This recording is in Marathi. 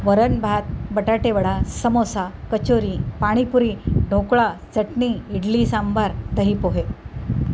वरणभात बटाटेवडा समोसा कचोरी पाणीपुरी ढोकळा चटणी इडली सांबार दही पोहे